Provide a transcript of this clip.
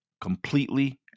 completely